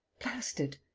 blast it!